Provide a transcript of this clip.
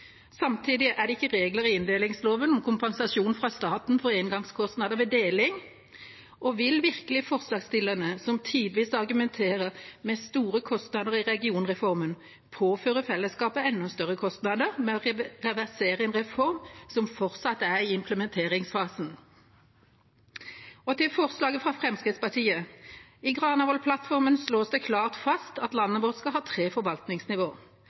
Samtidig er det ikke regler i inndelingsloven om kompensasjon fra staten for engangskostnader ved deling. Vil virkelig forslagsstillerne, som tidvis argumenterer med store kostnader i regionreformen, påføre fellesskapet enda større kostnader ved å reversere en reform som fortsatt er i implementeringsfasen? Til forslaget fra Fremskrittspartiet: I Granavolden-plattformen slås det klart fast at landet vårt skal ha tre forvaltningsnivå.